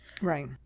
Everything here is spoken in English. right